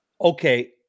Okay